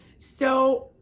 so,